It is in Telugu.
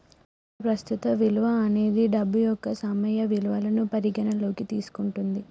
నికర ప్రస్తుత విలువ అనేది డబ్బు యొక్క సమయ విలువను పరిగణనలోకి తీసుకుంటది